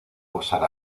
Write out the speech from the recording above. usar